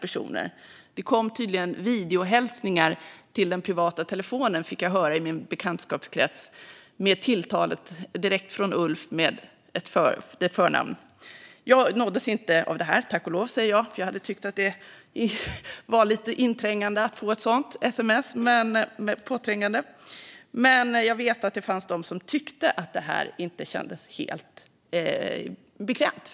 Det kom tydligen videohälsningar till privata telefoner, fick jag höra i min bekantskapskrets, direkt från Ulf med förnamnstilltal. Jag nåddes inte av detta, tack och lov - jag skulle ha tyckt att det var lite påträngande att få ett sådant sms. Jag vet att det fanns de som tyckte att detta inte kändes helt bekvämt.